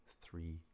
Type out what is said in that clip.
three